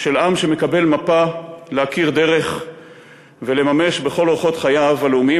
של עם שמקבל מפה להכיר דרך ולממש בכל אורחות חייו הלאומיים